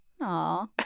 Aw